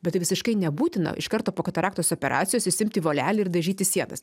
bet tai visiškai nebūtina iš karto po kataraktos operacijos išsiimti volelį ir dažyti sienas